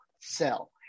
sell